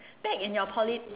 back in your poly